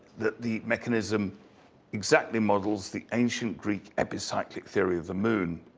the the mechanism exactly models the ancient greek epicyclic theory of the moon.